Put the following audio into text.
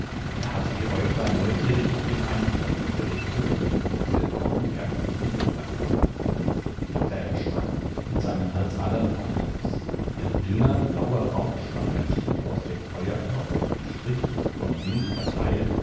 er hatte die äuglein neugierig auf den eindringling gerichtet und wiegte kaum merklich den oberkörper peter erschrak in seinen halsadern pochte es ein dünner blauer rauchschleier stieg aus dem feuerkorb und strich vom wind verteilt